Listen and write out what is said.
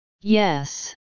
yes